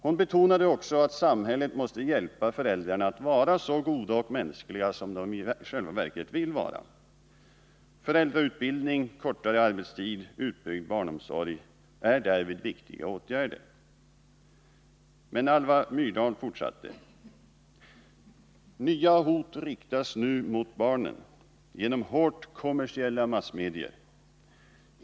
Hon betonade också att samhället måste hjälpa föräldrarna att vara så goda och mänskliga som de i själva verket vill vara. Föräldrautbildning, kortare arbetstid och utbyggd barnomsorg är därvid viktiga åtgärder. Men Alva Myrdal fortsatte:”Nya hot riktas nu mot barnen genom hårt kommersiella massmedier.